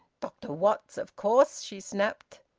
dr watts, of course! she snapped.